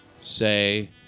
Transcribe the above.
say